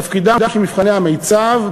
תפקידם של מבחני המיצ"ב,